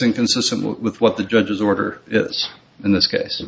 inconsistent with what the judge's order is in this case